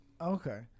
Okay